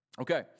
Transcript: Okay